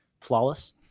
Flawless